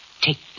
Take